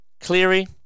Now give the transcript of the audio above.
Cleary